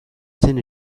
zen